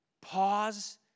pause